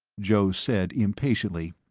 joe said impatiently,